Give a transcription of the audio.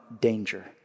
danger